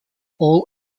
all